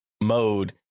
mode